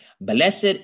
Blessed